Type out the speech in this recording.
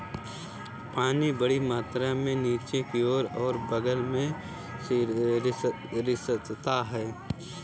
पानी बड़ी मात्रा में नीचे की ओर और बग़ल में रिसता है